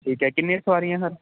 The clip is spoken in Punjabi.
ਠੀਕ ਐ ਕਿੰਨੀਆਂ ਸਵਾਰੀਆਂ ਸਰ